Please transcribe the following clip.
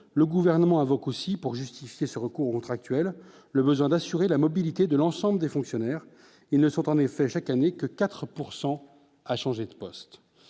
le gouvernement invoque aussi pour justifier ce recours contractuels le besoin d'assurer la mobilité de l'ensemble des fonctionnaires et ne sont en effet chaque année que 4 pourcent à changer de poste,